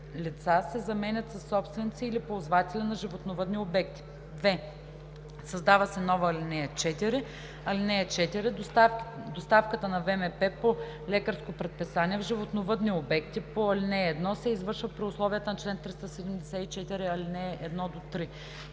лица“ се заменят със „собственици или ползватели на животновъдни обекти“. 2. Създава се нова ал. 4: „(4) Доставката на ВМП по лекарско предписание в животновъдни обекти по ал. 1 се извършва при условията на чл. 374, ал. 1 – 3.